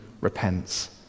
repents